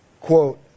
Quote